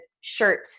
shirt